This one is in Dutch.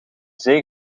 zee